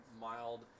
mild